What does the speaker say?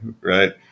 Right